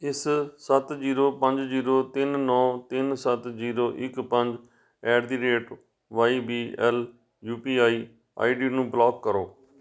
ਇਸ ਸੱਤ ਜੀਰੋ ਪੰਜ ਜੀਰੋ ਤਿੰਨ ਨੌ ਤਿੰਨ ਸੱਤ ਜੀਰੋ ਇੱਕ ਪੰਜ at the rate Y B L U P I I D ਨੂੰ ਬਲੋਕ ਕਰੋ